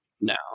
No